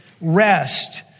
rest